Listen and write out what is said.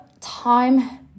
time